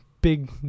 big